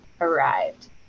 arrived